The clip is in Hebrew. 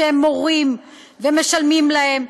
שהם מורים ומשלמים להם,